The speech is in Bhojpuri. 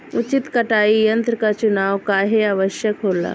उचित कटाई यंत्र क चुनाव काहें आवश्यक होला?